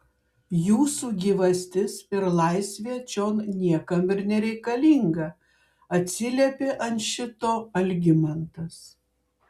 jūsų gyvastis ir laisvė čion niekam ir nereikalinga atsiliepė ant šito algimantas